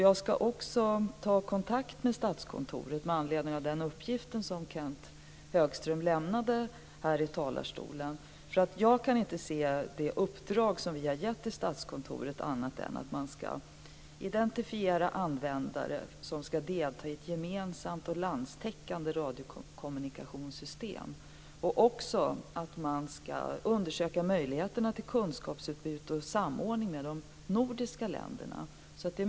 Jag ska också ta kontakt med Statskontoret med anledning av den uppgift som Kenth Högström lämnade här i talarstolen, därför att jag inte kan se det uppdrag som vi har gett till Statskontoret på annat sätt än att man ska identifiera användare som ska delta i ett gemensamt och landstäckande radiokommunikationssystem och att man också ska undersöka möjligheterna till kunskapsutbyte och samordning med de nordiska länderna.